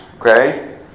Okay